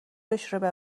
بشوره